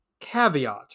caveat